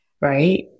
right